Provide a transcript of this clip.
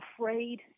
afraid